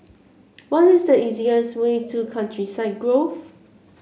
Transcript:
what is the easiest way to Countryside Grove